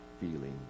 feeling